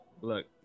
Look